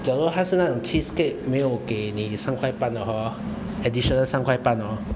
假如他是那种 cheapskate 没有给你三块半的 hor additional 三块半 hor